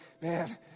Man